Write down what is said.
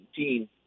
2019